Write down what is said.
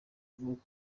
avuga